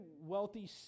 wealthy